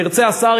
ירצה השר,